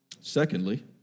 Secondly